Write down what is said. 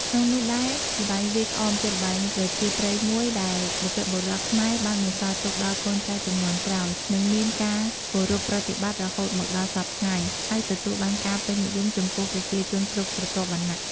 ក្នុងនោះដែរ ល្បែងវាយក្អមជាល្បែងប្រជាប្រិយមួយ ដែលបុរព្វបុរសខ្មែរបានបន្សល់ទុកដល់កូនចៅជំនាន់ក្រោយ និងមានការគោរពប្រតិបត្តិរហូតមកដល់សព្វថ្ងៃ ហើយទទួលបានការពេញនិយមចំពោះប្រជាជនគ្រប់ស្រទាប់វណ្ណៈ។